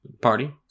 Party